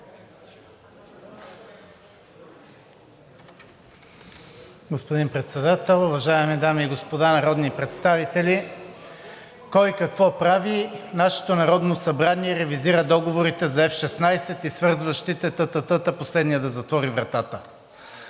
Господин Председател, уважаеми дами и господа народни представители! Кой какво прави, нашето Народно събрание ревизира договорите за F 16 и свързващите тъ-тъ-тъ-та – последният да затвори вратата.